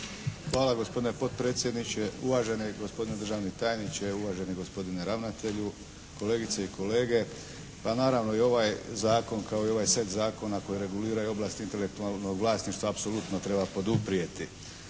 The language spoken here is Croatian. Hvala gospodine potpredsjedniče, uvaženi gospodine državni tajniče, uvaženi gospodine ravnatelju, kolegice i kolege. Pa naravno i ovaj Zakon kao i ovaj set zakona koji reguliraju oblasti intelektualnog vlasništva apsolutno treba poduprijeti.